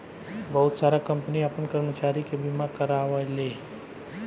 बहुत सारा कंपनी आपन कर्मचारी के बीमा कारावेला